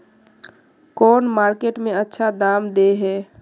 कौन मार्केट में अच्छा दाम दे है?